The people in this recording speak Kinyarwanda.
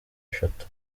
eshatu